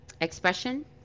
expression